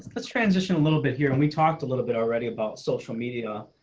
let's transition a little bit here and we talked a little bit already about social media.